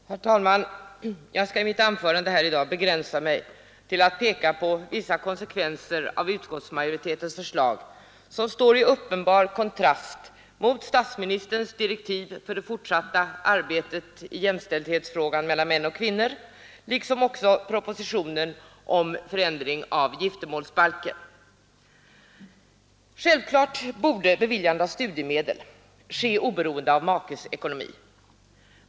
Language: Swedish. Herr talman! Jag skall i mitt anförande begränsa mig till att peka på vissa konsekvenser av utskottsmajoritetens förslag som står i uppenbar kontrast till statsministerns direktiv för det fortsatta arbetet med jämställdhetsfrågan mellan män och kvinnor liksom till propositionen om förändring av giftermålsbalken. Självklart borde studiemedel beviljas oberoende av makes ekonomi.